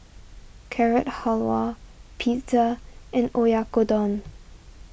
Carrot Halwa Pizza and Oyakodon